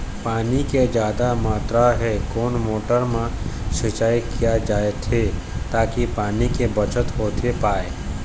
पानी के जादा मात्रा हवे कोन मोटर मा सिचाई किया जाथे ताकि पानी के बचत होथे पाए?